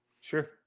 Sure